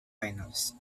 finals